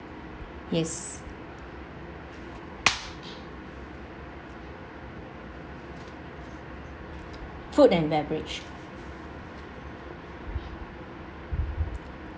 yes food and beverage